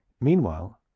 Meanwhile